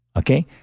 okay?